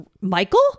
michael